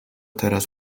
teraz